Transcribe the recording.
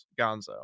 Gonzo